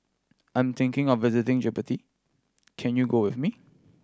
I'm thinking of visiting Djibouti can you go with me